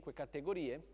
categorie